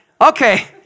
Okay